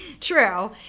True